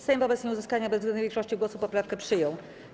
Sejm wobec nieuzyskania bezwzględnej większości głosów poprawkę przyjął.